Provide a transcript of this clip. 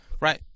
right